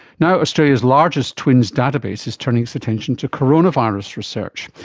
now australia's largest twins database is turning its attention to coronavirus research.